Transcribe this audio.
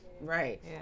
Right